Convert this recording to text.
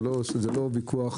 זה לא ויכוח